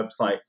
websites